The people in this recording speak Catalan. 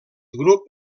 grup